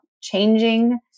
changing